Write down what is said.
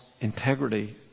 integrity